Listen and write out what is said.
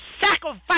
sacrifice